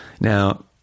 now